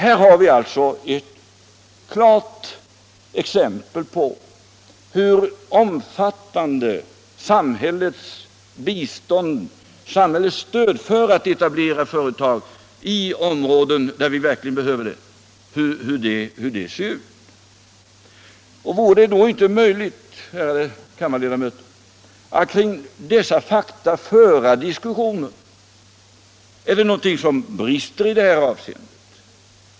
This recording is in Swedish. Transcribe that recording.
Här har vi alltså ett klart exempel på hur omfattande samhällets bistånd och stöd är då det gäller att etablera företag i områden där vi verkligen behöver sådan etablering. Vore det då inte möjligt, ärade kammarledamöter, att kring dessa fakta föra diskussionen? Är det någonting som brister i detta avseende?